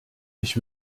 ich